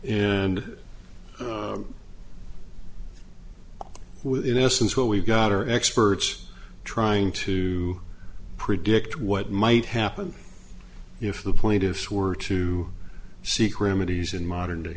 and in essence what we've got are experts trying to predict what might happen if the point if we're to seek remedies in modern day